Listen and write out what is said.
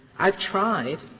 i've tried,